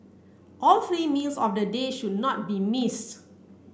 all three meals of the day should not be missed